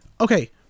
Okay